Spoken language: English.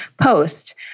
post